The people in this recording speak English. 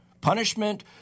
Punishment